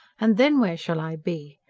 and then where shall i be?